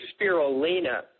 spirulina